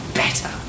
better